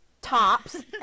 tops